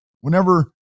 whenever